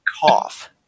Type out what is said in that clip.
cough